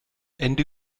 ende